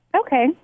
Okay